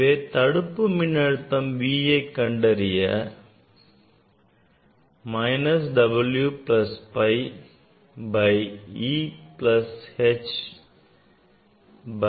எனவே தடுப்பு மின்னழுத்தம் Vஐ கண்டறிய minus W plus phi by e plus h by e nu